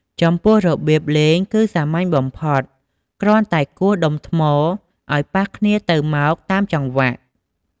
ចំពោះរបៀបលេងគឺសាមញ្ញបំផុត គ្រាន់តែគោះដុំថ្មឲ្យប៉ះគ្នាទៅមកតាមចង្វាក់។